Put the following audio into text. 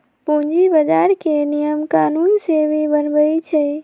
पूंजी बजार के नियम कानून सेबी बनबई छई